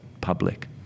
public